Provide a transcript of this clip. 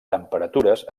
temperatures